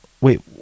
Wait